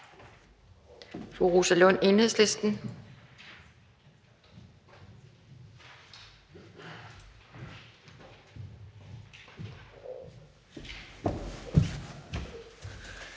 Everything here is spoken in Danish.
fru Rosa Lund, Enhedslisten.